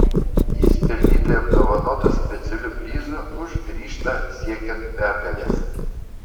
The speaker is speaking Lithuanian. jis pelnytai apdovanotas specialiu prizu už ryžtą siekiant pergalės